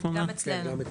גם אצלנו.